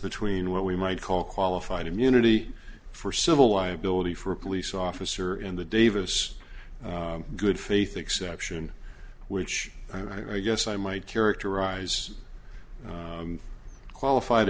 between what we might call qualified immunity for civil liability for a police officer and the davis good faith fixed action which i guess i might characterize qualified